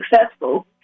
successful